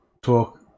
talk